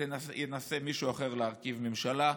וינסה מישהו אחר להרכיב ממשלה.